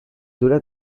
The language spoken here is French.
delà